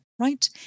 right